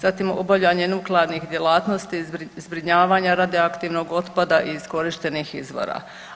Zatim obavljanje nuklearnih djelatnosti zbrinjavanja radioaktivnog otpada i iskorištenih izvora.